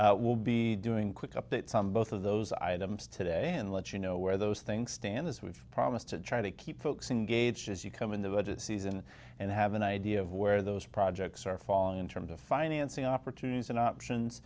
we'll be doing quick update some both of those items today and let you know where those things stand as we've promised to try to keep folks in gauge as you come in the budget season and have an idea of where those projects are falling in terms of financing opportunities and options